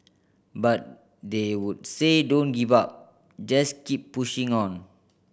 but they would say don't give up just keep pushing on